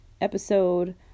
episode